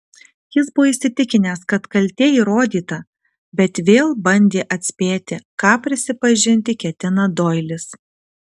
jis buvo įsitikinęs kad kaltė įrodyta bet vėl bandė atspėti ką prisipažinti ketina doilis